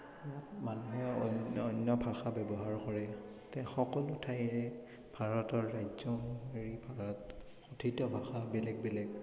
ইয়াত মানুহে অন্য অন্য ভাষা ব্যৱহাৰ কৰে সকলো ঠাইৰে ভাৰতৰ ৰাজ্য এৰি ভাৰত কথিত ভাষা বেলেগ বেলেগ